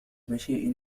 بشيء